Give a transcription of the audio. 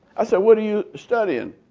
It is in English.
i said, what are you studying?